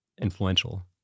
influential